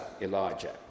Elijah